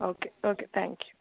okay okay thank you